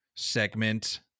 segment